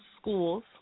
schools